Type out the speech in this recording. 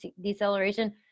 deceleration